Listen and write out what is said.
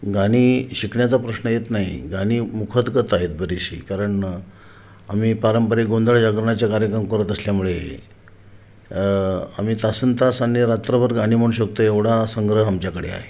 गाणी शिकण्याचा प्रश्न येत नाही गाणी मुखोद्गत आहेत बरीचशी कारण आम्ही पारंपरिक गोंधळ जागरणाच्या कार्यक्रम करत असल्यामुळे आम्ही तासनतास आणि रात्रभर गाणी म्हणू शकतो एवढा संग्रह आमच्याकडे आहे